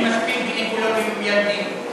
כי אין מספיק גינקולוגים מיילדים.